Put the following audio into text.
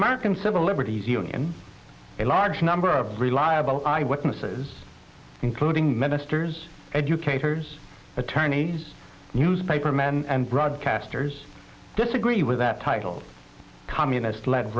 american civil liberties union a large number of reliable eyewitnesses including ministers educators attorneys newspaper men and broadcasters disagree with that title communist led